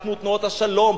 אנחנו תנועות השלום,